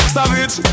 Savage